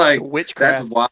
witchcraft